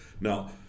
Now